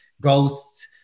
ghosts